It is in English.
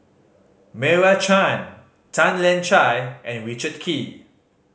Meira Chand Tan Lian Chye and Richard Kee